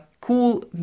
Cool